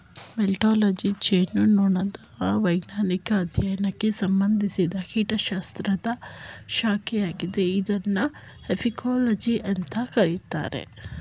melittology ಜೇನುನೊಣದ ವೈಜ್ಞಾನಿಕ ಅಧ್ಯಯನಕ್ಕೆ ಸಂಬಂಧಿಸಿದ ಕೀಟಶಾಸ್ತ್ರದ ಶಾಖೆಯಾಗಿದೆ ಇದನ್ನು ಅಪಿಕೋಲಜಿ ಅಂತ ಕರೀತಾರೆ